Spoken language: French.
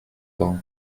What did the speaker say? grand